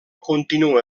continua